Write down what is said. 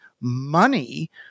money